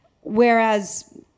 Whereas